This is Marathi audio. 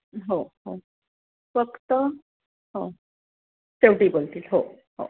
हो हो फक्त हो शेवटी बोलतील हो हो